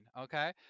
Okay